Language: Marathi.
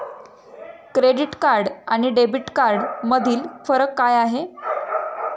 क्रेडिट कार्ड आणि डेबिट कार्डमधील फरक काय आहे?